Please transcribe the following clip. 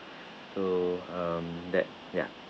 so um that ya